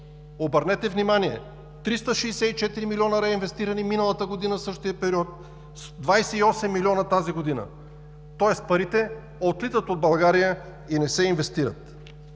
Обърнете внимание: 364 милиона реинвестирани миналата година, същия период, 28 милиона – тази година. Тоест, парите отлитат от България и не се инвестират.